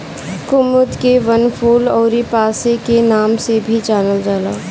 कुमुद के वनफूल अउरी पांसे के नाम से भी जानल जाला